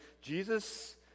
Jesus